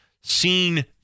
seen